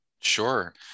Sure